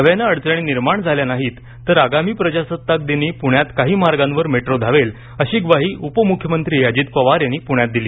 नव्यानं अडचणी निर्माण झाल्या नाहीत तर आगामी प्रजासत्ताक दिनी पुण्यात काही मार्गावर मेट्रो धावेल अशी य्वाही उपमुख्यमंत्री अजित पवार यांनी पुष्यात दिली